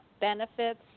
benefits